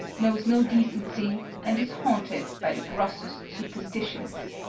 knows no decency, and is haunted by the grossest superstitions.